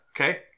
okay